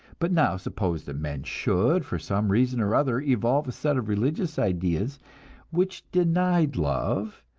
but now suppose that men should, for some reason or other, evolve a set of religious ideas which denied love,